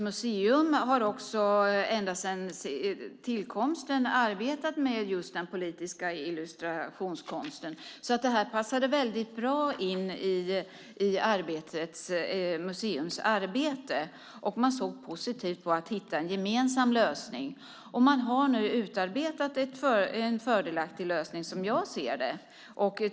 Museet har ända sedan tillkomsten arbetat med just den politiska illustrationskonsten varför detta skulle passa mycket bra in i Arbetets museums arbete. Man såg positivt på möjligheten att hitta en gemensam lösning. Man har nu utarbetat en fördelaktig lösning som jag ser det.